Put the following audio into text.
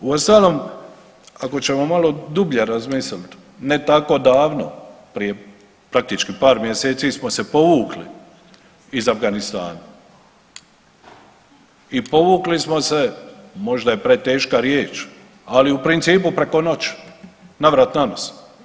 U ostalom ako ćemo malo dublje razmisliti ne tako davno, prije praktički par mjeseci smo se povukli iz Afganistana i povukli smo se, možda je preteška riječ, ali u principu preko noći navrat nanos.